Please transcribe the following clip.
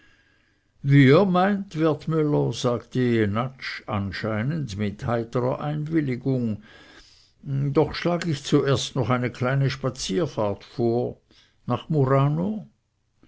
wie ihr meint wertmüller sagte jenatsch anscheinend mit heiterer einwilligung doch schlag ich zuerst noch eine kleine spazierfahrt vor nach murano